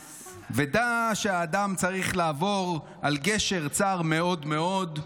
"ודע, שהאדם צריך לעבור על גשר צר מאוד מאוד,